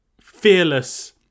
Fearless